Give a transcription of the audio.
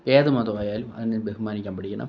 ഏത് മതമായാലും അതിനെ ബഹുമാനിക്കാൻ പഠിക്കണം